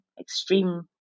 extreme